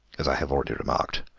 as i have already remarked,